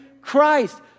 Christ